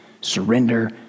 surrender